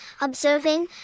observing